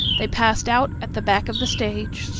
they passed out at the back of the stage.